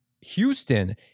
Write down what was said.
Houston